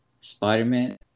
Spider-Man